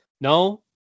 No